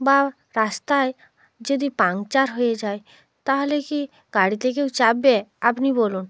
বা রাস্তায় যদি পাঙ্কচার হয়ে যায় তাহলে কি গাড়িতে কেউ চাপবে আপনি বলুন